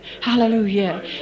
Hallelujah